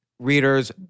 readers